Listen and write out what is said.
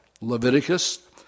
Leviticus